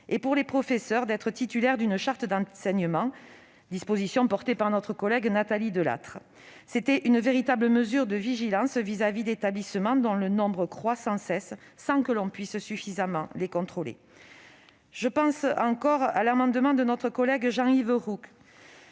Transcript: et pour les professeurs d'être titulaires d'une charge d'enseignement, disposition portée par notre collègue Nathalie Delattre. Il s'agissait là d'une véritable mesure de vigilance vis-à-vis d'établissements dont le nombre croît sans cesse sans que l'on puisse suffisamment les contrôler. Je pense encore à l'amendement de notre collègue Jean-Yves Roux,